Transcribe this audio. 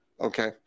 Okay